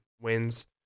wins